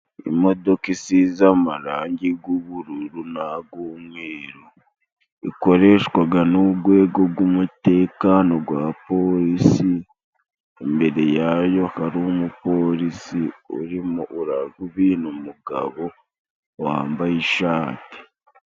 Imodoka isize amarangi g'ubururu nag'umweru, ikoreshwaga n'ugwego gw'umutekano gwa Polisi, imbere yayo hari umupolisi urimo urabwira umugabo wambaye ishati.